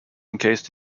encased